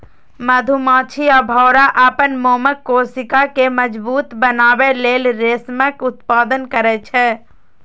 मधुमाछी आ भौंरा अपन मोमक कोशिका कें मजबूत बनबै लेल रेशमक उत्पादन करै छै